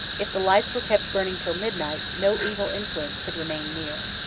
if the lights were kept burning till midnight, no evil influence could remain near.